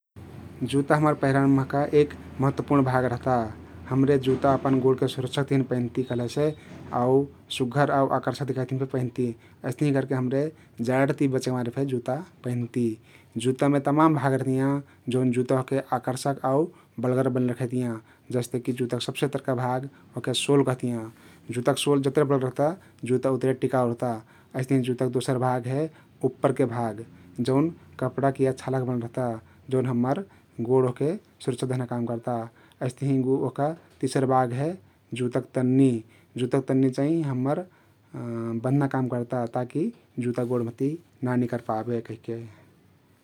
जुत्ता हम्मर पहिरन महका एक महत्वपुर्ण भाग रहता । हमरे जुत्ता अपन गोडके सुरक्षा के तहिन पैंधती कहलेसे आउ सुग्घर आउ आकर्षक दिखाइक तहिन फे पैंधती । अइस्तहिं करके हम्रे जाड ति बचेकमारे फ जुत्ता पैंधति । जुत्तामे तमाम भाग रहतियाँ जउन जुत्ता ओहके आकर्षक आउ बलगर बनैले रखैतियाँ । जस्तेकि जुत्तक सबसे तरका भाग ओहके सोल कहतियाँ । जुत्तक सोल जत्ते बलगर रहता जुत्ता उत्रे टिकाउ रहता । अइस्तहिं जुत्तक दोसर भाग हे उप्परके भाग जउन कपडक या छालक बनल रहता जउन हम्मर गोड ओहके सुरक्षा देहना काम कर्ता । अइस्तहिं ओहका तिसरा भाग हे जुत्तक तन्नी । जुत्तक तन्नी चाहि हम्मर बन्धना काम कर्ता ता कि जुत्ता गोड महति न निकर पाबे कहिके ।